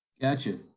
gotcha